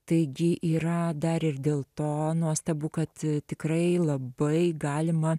taigi yra dar ir dėl to nuostabu kad tikrai labai galima